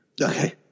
okay